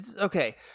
Okay